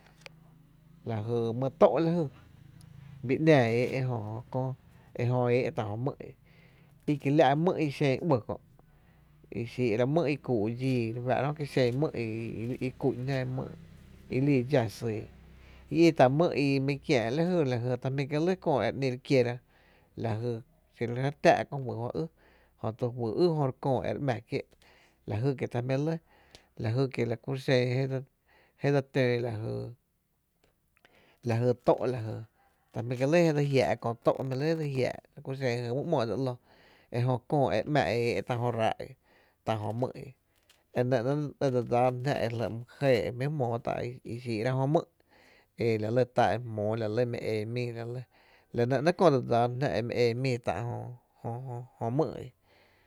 La jy mý t´’ lajy, bii ‘náá éé’ jö kö’, ejö éé’ tá’ jö mý’ i, i kiela’ mý’ ixen uɇ kö’ i xíí’ ráá’ mý’ i kuu’ dx´´i re fáá’ra jö ki xen mý’ i kú’n jná mý’ i lii dxá syy i i tá’ mý’ i mi kiää’ ta jmí’ kié’ lɇ kö e re ï’ re kiera la jy, xí re tⱥⱥ’ kö juý jó ý jö to juyy ý jö re köö re ‘mⱥ kie’, la jy kie’ta jmíí’ lɇ lajy kie’ la ku xen je dse tǿǿ la jy lajy tó’ lajy ta jmí kie’ lɇ je dse jiáá’ kö tö’ jmí’ lɇ je dse jiaa’ la ku xen jy mý ‘mo e dse ‘ló, ejö kö e ‘mⱥ e éé’ tá’ jö ráá’ i tá’ jö mý’ i, enɇ ‘néé’ e dse dsáá na jná e jli’ my jɇɇ e jmí’ jmóó tá’ i xiira jö my’ e la lɇ tá e jmóó, la lɇ e mi en míi la lɇ la nɇ ‘néé’ köö dse dsáána e mi en mii jö mý’.